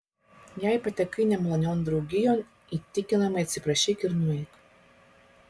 jei patekai nemalonion draugijon įtikinamai atsiprašyk ir nueik